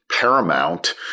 paramount